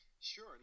Sure